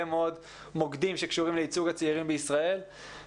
מאוד מוקדים שקשורים לייצוג הצעירים בישראל,